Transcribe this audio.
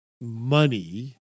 money